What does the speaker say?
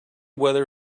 weather